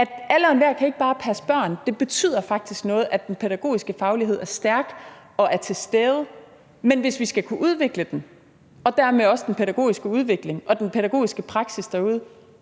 at alle og enhver ikke bare kan passe børn. Det betyder faktisk noget, at den pædagogiske faglighed er stærk og er til stede. Men hvis vi skal kunne udvikle den og dermed også den pædagogiske udvikling og den pædagogiske praksis derude,